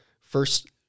first